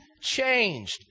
changed